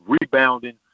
rebounding